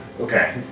Okay